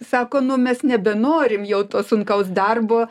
sako nu mes nebenorim jau to sunkaus darbo